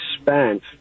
spent